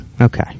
Okay